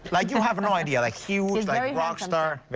like you have no idea. like huge rockstar.